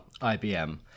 IBM